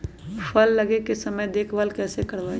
फल लगे के समय देखभाल कैसे करवाई?